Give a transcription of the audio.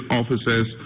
officers